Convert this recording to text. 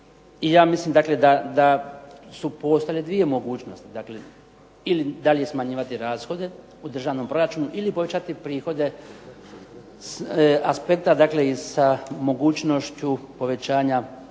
I ja mislim dakle da su postojale dvije mogućnosti. Dakle, ili dalje smanjivati rashode u državnom proračunu ili povećati prihode s aspekta, dakle i sa mogućnošću povećanja